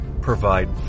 provide